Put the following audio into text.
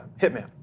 Hitman